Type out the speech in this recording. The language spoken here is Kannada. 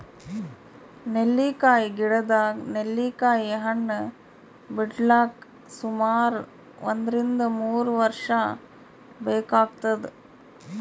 ನೆಲ್ಲಿಕಾಯಿ ಗಿಡದಾಗ್ ನೆಲ್ಲಿಕಾಯಿ ಹಣ್ಣ್ ಬಿಡ್ಲಕ್ ಸುಮಾರ್ ಒಂದ್ರಿನ್ದ ಮೂರ್ ವರ್ಷ್ ಬೇಕಾತದ್